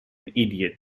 idiot